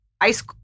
ice